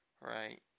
right